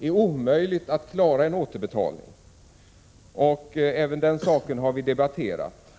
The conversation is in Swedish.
omöjligt att klara en återbetalning. Även den saken har vi debatterat.